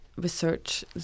research